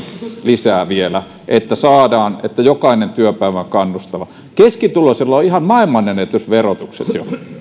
lisää vielä että saadaan aikaan että jokainen työpäivä on kannustava keskituloisilla on ihan maailmanennätysverotukset jo